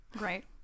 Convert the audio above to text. Right